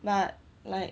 but like